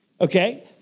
Okay